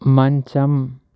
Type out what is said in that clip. మంచం